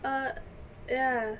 err ya